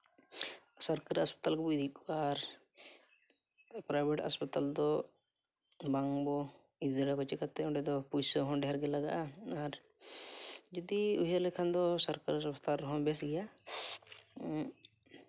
ᱥᱚᱨᱠᱟᱨᱤ ᱦᱟᱥᱯᱟᱛᱟᱞ ᱜᱮᱵᱚᱱ ᱤᱫᱤᱭᱮᱫ ᱠᱚᱣᱟ ᱟᱨ ᱯᱨᱟᱭᱵᱷᱮᱹᱴ ᱦᱟᱥᱯᱟᱛᱟᱞ ᱫᱚ ᱵᱟᱝ ᱵᱚ ᱤᱫᱤ ᱫᱟᱲᱮ ᱠᱚᱣᱟ ᱪᱤᱠᱟᱛᱮ ᱚᱸᱰᱮ ᱫᱚ ᱯᱩᱭᱥᱟᱹ ᱦᱚᱸ ᱰᱷᱮᱨ ᱜᱮ ᱞᱟᱜᱟᱜᱼᱟ ᱡᱩᱫᱤ ᱩᱭᱦᱟᱹᱨ ᱞᱮᱠᱷᱟᱱ ᱫᱚ ᱥᱚᱨᱠᱟᱨᱤ ᱦᱟᱥᱯᱟᱛᱟᱞ ᱦᱚᱸ ᱵᱮᱥ ᱜᱮᱭᱟ